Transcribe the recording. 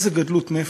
איזו גדלות נפש,